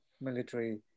military